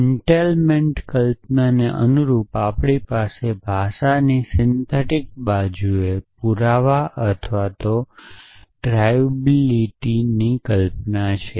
entailment નોશનને અનુરૂપ આપણી પાસે ભાષાની સિન્થેટીક બાજુએ પુરાવા અથવા ડ્રાઇવબિલિટીની નોશન છે